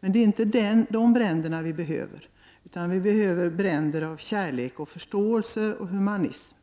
Men det är inte sådana bränder vi behöver, utan vi behöver bränder av kärlek och förståelse och av humanitet.